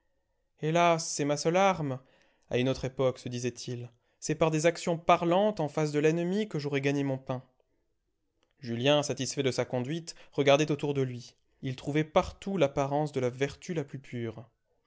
hélas c'est ma seule arme à une autre époque se disait-il c'est par des actions parlantes en face de l'ennemi que j'aurais gagné mon pain julien satisfait de sa conduite regardait autour de lui il trouvait partout l'apparence de la vertu la plus pure